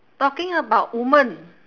talking about women